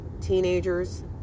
teenagers